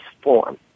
form